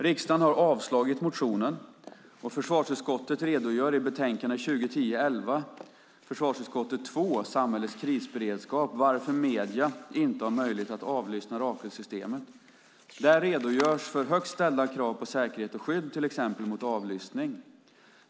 Riksdagen har avslagit motionen, och försvarsutskottet redogör i betänkande 2010/11:FöU2 Samhällets krisberedskap för varför medierna inte har möjlighet att avlyssna Rakelsystemet. Där redogörs för högt ställda krav på säkerhet och skydd, till exempel mot avlyssning.